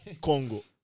Congo